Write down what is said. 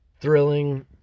thrilling